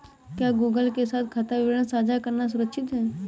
क्या गूगल के साथ खाता विवरण साझा करना सुरक्षित है?